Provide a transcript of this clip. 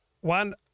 one